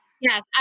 Yes